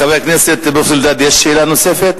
לחבר הכנסת אריה אלדד יש שאלה נוספת?